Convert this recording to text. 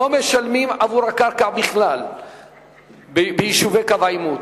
לא משלמים עבור הקרקע בכלל ביישובי קו העימות.